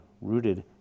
rooted